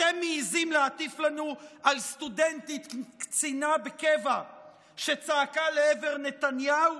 אתם מעיזים להטיף לנו על סטודנטית קצינה בקבע שצעקה לעבר נתניהו,